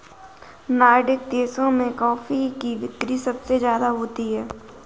Nordic देशों में coffee की बिक्री सबसे ज्यादा होती है